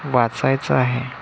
वाचायचं आहे